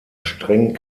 streng